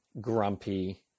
grumpy